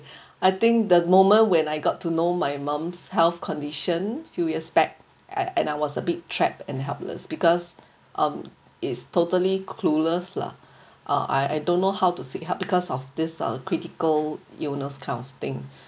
I think the moment when I got to know my mum's health condition few years back I I was a bit trapped and helpless because um is totally clueless lah ah I I don't know how to seek help because of this uh critical illness kind of thing